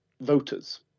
voters